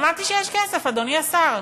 שמעתי שיש כסף, אדוני השר.